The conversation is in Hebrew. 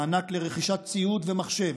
מענק לרכישת ציוד ומחשב,